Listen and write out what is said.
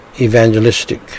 evangelistic